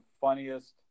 funniest